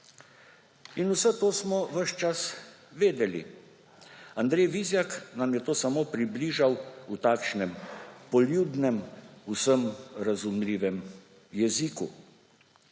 In vse to smo ves čas vedeli, Andrej Vizjak nam je to samo približal v takšnem poljudnem, vsem razumljivem jeziku.